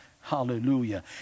hallelujah